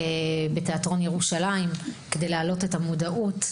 יש אירוע גדול בתיאטרון ירושלים שהוא עושה כדי להעלות את המודעות.